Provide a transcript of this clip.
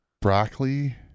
Broccoli